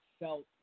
felt